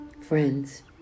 Friends